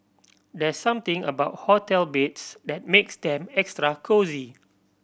there's something about hotel beds that makes them extra cosy